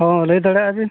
ᱦᱮᱸ ᱞᱟᱹᱭ ᱫᱟᱲᱮᱭᱟᱜᱼᱟ ᱵᱤᱱ